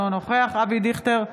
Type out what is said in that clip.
אינו נוכח אבי דיכטר,